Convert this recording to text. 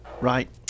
right